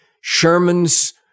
Sherman's